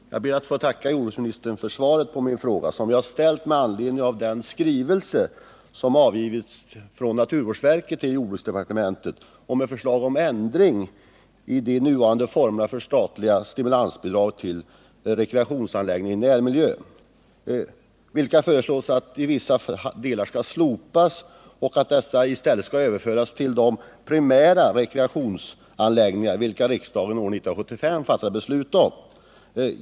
Herr talman! Jag ber att få tacka jordbruksministern för svaret på min fråga, som jag har ställt med anledning av den skrivelse som avgivits från naturvårdsverket till jordbruksdepartementet med förslag om ändring i de nuvarande formerna för statliga stimulansbidrag till rekreationsanläggningar i närmiljö. Det föreslås i skrivelsen att dessa i vissa delar skall slopas och att de i stället skall överföras till de primära rekreationsanläggningar vilka riksdagen år 1975 fattade beslut om.